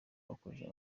bakoresha